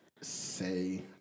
say